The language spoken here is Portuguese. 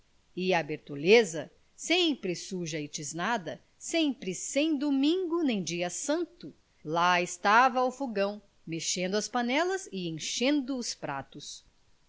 e a bertoleza sempre suja e tisnada sempre sem domingo nem dia santo lá estava ao fogão mexendo as panelas e enchendo os pratos